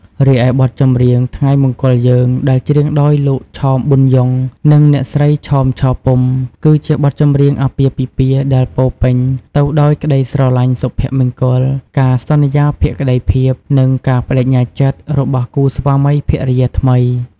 រីឯបទចម្រៀង ថ្ងៃមង្គលយើង ដែលច្រៀងដោយលោក ឆោម ប៊ុនយ៉ុង និងអ្នកស្រី ឆោម ឆពុំ គឺជាបទចម្រៀងអាពាហ៍ពិពាហ៍ដែលពោរពេញទៅដោយ ក្តីស្រឡាញ់ សុភមង្គល ការសន្យាភក្តីភាព និងការប្តេជ្ញាចិត្ត របស់គូស្វាមីភរិយាថ្មី។